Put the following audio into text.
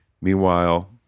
Meanwhile